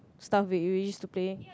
stuff we we used to play